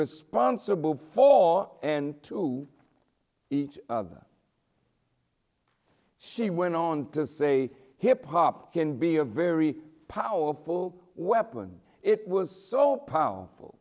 responsible for and to each other she went on to say hip hop can be a very powerful weapon it was so powerful